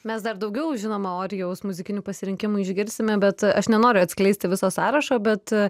mes dar daugiau žinoma orijaus muzikinių pasirinkimų išgirsime bet aš nenoriu atskleisti viso sąrašo bet